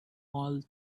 all